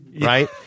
right